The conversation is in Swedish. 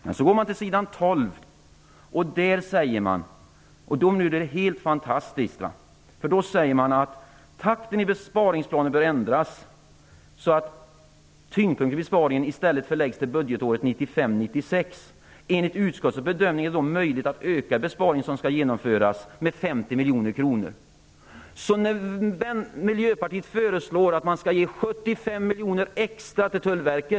Men på sidan 12 står det, och det är helt fantastiskt, "att takten i besparingsplanen bör ändras så att tyngdpunkten i besparingen i stället förläggs till budgetåret 1995/96 -. Enligt utskottets bedömning är det möjligt att öka den besparing som skall genomföras - med 50 miljoner kronor." Miljöpartiet föreslår att man skall ge 75 miljoner extra till Tullverket.